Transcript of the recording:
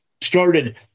Started